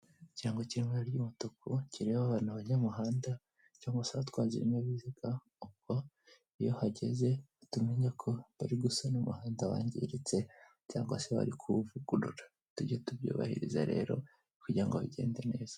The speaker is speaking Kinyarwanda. Ikirango k'ibara ry'umutuku kireba abantu abanjyamuhanda cyangwa se abatwazi b'ibinyabiziga kivuga ko iyo uhageze uhita umenya ko bari gusana umuhanda wangiritse cyangwa se barikuwuvugurura, tujye tubyubahiriza rero kugira ngo bigende neza.